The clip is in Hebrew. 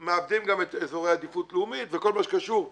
מאבדים גם את אזורי עדיפות לאומית וכל מה שקשור לשיהוי,